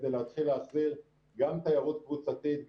כדי להתחיל להחזיר גם תיירות קבוצתית,